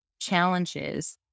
challenges